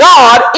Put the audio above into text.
God